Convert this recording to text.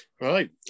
Right